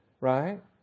Right